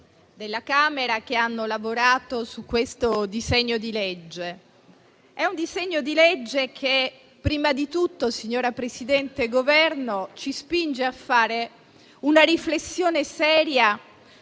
della Camera che hanno lavorato su questo disegno di legge. È un disegno di legge che, prima di tutto, signora Presidente, rappresentanti del Governo, ci spinge a fare una riflessione seria